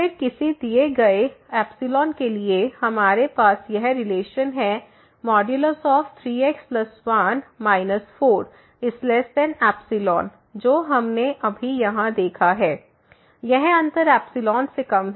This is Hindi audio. फिर किसी दिए गए के लिए हमारे पास यह रिलेशन है 3x1 4ϵ जो हमने अभी यहां देखा है यह अंतर से कम है